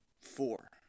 four